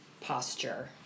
posture